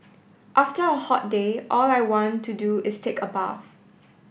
after a hot day all I want to do is take a bath